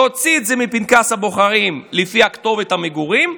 תוציא את זה מפנקס הבוחרים לפי כתובת המגורים,